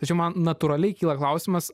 tai čia man natūraliai kyla klausimas